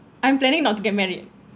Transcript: I'm planning not to get married